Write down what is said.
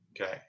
okay